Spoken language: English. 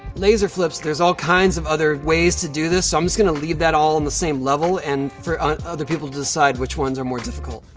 laser flips. there's all kinds of other ways to do this, so i'm just gonna leave that all on the same level and for other people to decide which ones are more difficult.